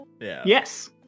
Yes